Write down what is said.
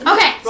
Okay